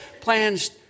plans